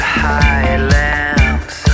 highlands